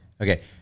Okay